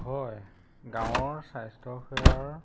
হয় গাঁৱৰ স্বাস্থ্যসেৱাৰ